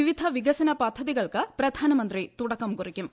വിവിധ വികസന പദ്ധതികൾക്ക് പ്രധാനമന്ത്രി തുടക്കം കുറിക്കും